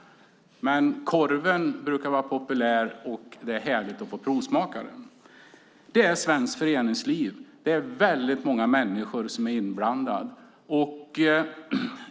Men korven brukar vara populär. Det är härligt att få provsmaka den. Det är svenskt föreningsliv. Det är väldigt många människor som är inblandade.